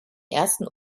ersten